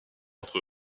entre